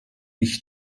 ich